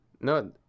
no